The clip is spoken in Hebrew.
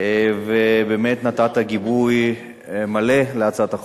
ובאמת נתת גיבוי מלא להצעת החוק.